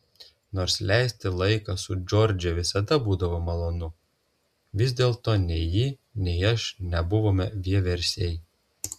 nors leisti laiką su džordže visada būdavo malonu vis dėlto nei ji nei aš nebuvome vieversiai